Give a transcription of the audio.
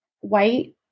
white